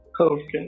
Okay